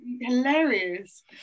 hilarious